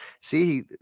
see